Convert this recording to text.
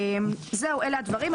אלה הדברים.